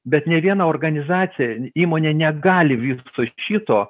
bet nė viena organizacija įmonė negali viso šito